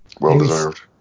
Well-deserved